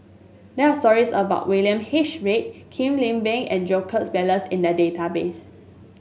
there are stories about William H Read Kwek Leng Beng and Jacob Ballas in the database